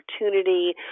opportunity